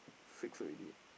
six already